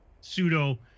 pseudo